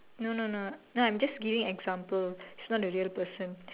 no no no no I'm just giving example is not a real person